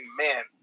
man